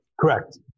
Correct